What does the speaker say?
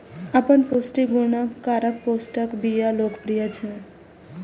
अपन पौष्टिक गुणक कारण पोस्ताक बिया लोकप्रिय छै